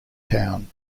town